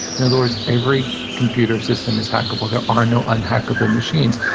in other words, every computer system is hackable. there are no un-hackable machines,